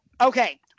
okay